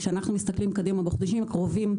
כשאנחנו מסתכלים קדימה לחודשים הקרובים,